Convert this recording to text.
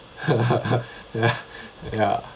ya ya